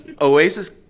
Oasis